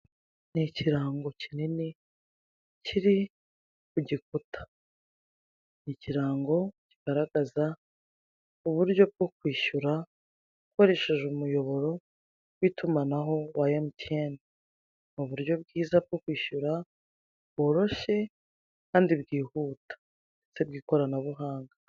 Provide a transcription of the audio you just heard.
Ni ikirango kinini kiri ku gikuta, ni ikirango kigaragaza uburyo bwo kwishyura ukoresheje umuyoboro w'itumanaho wa MTN, ni uburyo bwiza bwo kwishyura bworoshye kandi bwihuta ndetse bw'ikoranabuhanga.